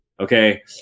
Okay